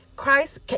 Christ